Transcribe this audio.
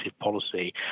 policy